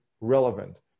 relevant